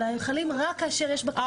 אלא הם חלים רק כאשר יש בקשה למידע.